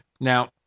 Now